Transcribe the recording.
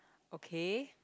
okay